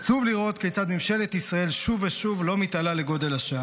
עצוב לראות כיצד ממשלת ישראל שוב ושוב לא מתעלה לגודל השעה.